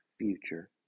future